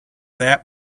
that